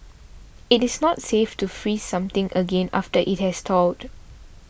it is not safe to freeze something again after it has thawed